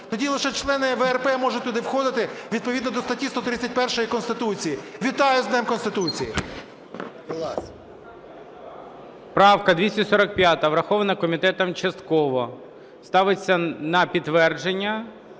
тоді лише члени ВРП можуть туди входити відповідно до статті 131 Конституції. Вітаю з Днем Конституції. ГОЛОВУЮЧИЙ. Правка 245-а. Врахована комітетом частково. Ставиться на підтвердження